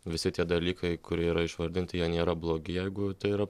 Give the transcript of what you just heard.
visi tie dalykai kurie yra išvardinti jie nėra blogi jeigu tai yra